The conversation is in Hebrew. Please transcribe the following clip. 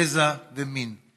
גזע ומין";